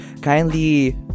kindly